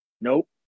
Nope